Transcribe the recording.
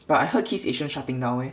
but I heard Kissasian shutting down leh